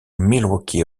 milwaukee